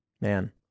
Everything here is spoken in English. Man